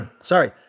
sorry